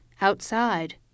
Outside